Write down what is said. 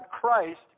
Christ